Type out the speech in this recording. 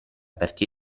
perché